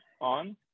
on